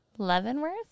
Leavenworth